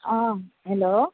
hello